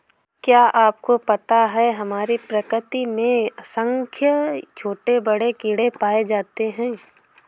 क्या आपको पता है हमारी प्रकृति में असंख्य छोटे बड़े कीड़े पाए जाते हैं?